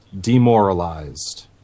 demoralized